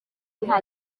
nta